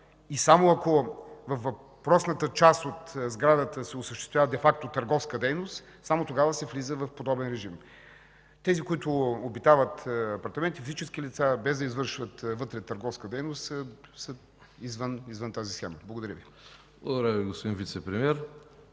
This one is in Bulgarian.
и само ако във въпросната част от сградата се осъществява де факто търговска дейност, само тогава се влиза в подобен режим. Тези, които обитават апартаменти, физически лица без да извършват вътре търговска дейност, за извън тази схема. Благодаря Ви. ПРЕДСЕДАТЕЛ КРАСИМИР КАРАКАЧАНОВ: